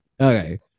Okay